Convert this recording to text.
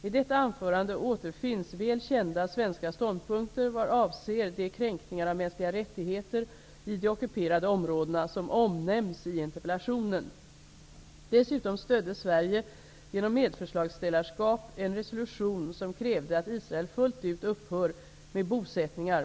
I detta anförande återfinns väl kända svenska ståndpunkter vad avser de kränkningar av mänskliga rättigheter i de ockuperade områdena som omnämns i interpellationen. Dessutom stödde Fru talman!